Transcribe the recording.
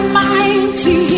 mighty